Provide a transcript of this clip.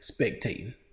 spectating